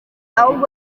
ahubwo